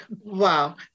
wow